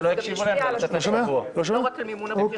זה גם ישפיע על המימון השוטף, לא רק על הבחירות.